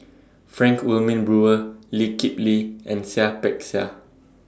Frank Wilmin Brewer Lee Kip Lee and Seah Peck Seah